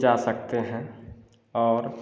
जा सकते हैं और